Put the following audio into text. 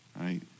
right